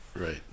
Right